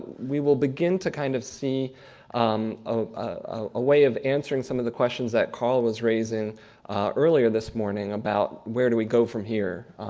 we will begin to kind of see a way of answering some of the questions that carl was raising earlier this morning, about where do we go from here.